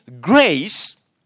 grace